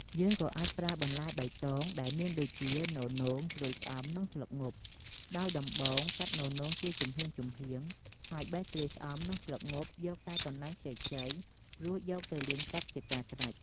យើងក៏អាចប្រើបន្លែបៃតងដែលមានដូចជា ននោង ត្រួយស្អំ និងស្លឹកងប់ ដោយដំបូងកាត់ននោងជាចំហៀងៗ ហើយបេះត្រួយស្អំ និងស្លឹកងប់យកតែកន្លែងខ្ចីៗ រួចយកទៅលាងទឹកជាការស្រេច។